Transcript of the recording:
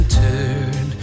turn